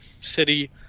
City